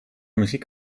muziek